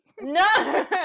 no